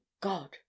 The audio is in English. God